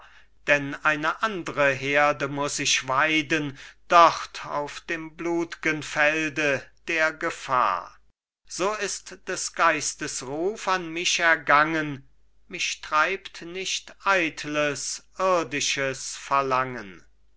denn eine andre herde muß ich weiden dort auf dem blutgen felde der gefahr so ist des geistes ruf an mich ergangen mich treibt nicht eitles irdisches verlangen